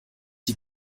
sie